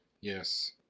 Yes